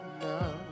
now